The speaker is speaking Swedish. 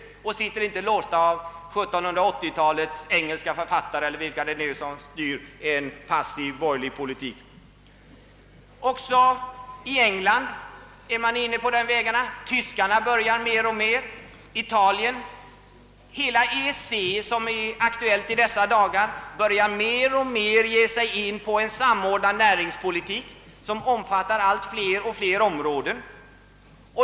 1780-talets engelska författare eller vilka det nu är som hos oss styr en passiv borgerlig politik binder dem inte. även i England försiggår samma utveckling liksom också i Tyskland och Italien. Hela EEC som är aktuellt i dessa dagar börjar mer och mer föra en samordnad näringspolitik omfattande allt fler områden.